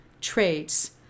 Traits